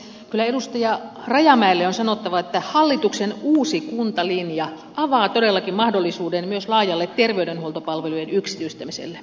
kyllä edustaja rajamäelle on sanottava että hallituksen uusi kuntalinja avaa todellakin mahdollisuuden myös laajalle terveydenhuoltopalvelujen yksityistämiselle